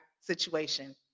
situation